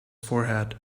forehead